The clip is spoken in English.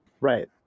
Right